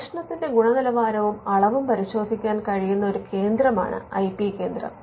ഗവേഷണത്തിന്റെ ഗുണനിലവാരവും അളവും പരിശോധിക്കാൻ കഴിയുന്ന ഒരു കേന്ദ്രമാണ് ഐ പി കേന്ദ്രം